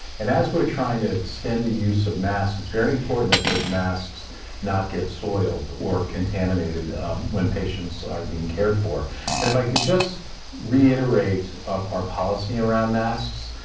and as we're trying to extend the use of masks, it's very important that those masks not get soiled, or contaminated when patients are being cared for, and if i could just reiterate our policy around masks,